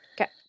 Okay